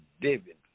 David